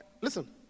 Listen